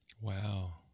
Wow